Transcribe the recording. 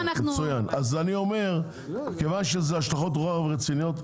בסדר אז אני אומר בגלל שזה השלכות רוחב רציניות,